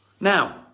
Now